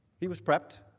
he was prepped,